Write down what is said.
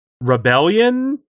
rebellion